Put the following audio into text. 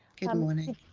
yeah morning.